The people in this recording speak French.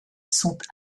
sont